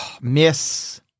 Miss